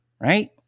Right